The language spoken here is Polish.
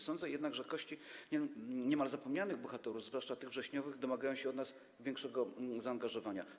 Sądzę jednak, że kości niemal zapomnianych bohaterów, zwłaszcza tych wrześniowych, domagają się od nas większego zaangażowania.